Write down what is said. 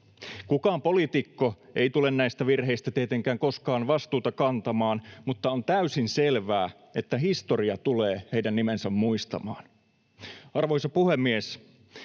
Kukaan poliitikko ei tule näistä virheistä tietenkään koskaan vastuuta kantamaan, mutta on täysin selvää, että historia tulee heidän nimensä muistamaan. Arvoisa puhemies!